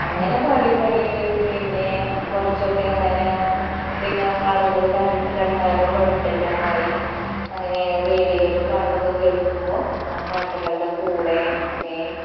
അങ്ങനെ പാടിപ്പാടി പിന്നെ കുറച്ചൊക്കെ അങ്ങനെ പിന്നെ ആളുകള് കൺ കണ്ടാലും കുഴപ്പം ഇല്ല എന്നായി അങ്ങനെ റേഡിയോയില് പാട്ടൊക്കെ കേൾക്കുമ്പോൾ ആ പാട്ടുകളുടെ കൂടെ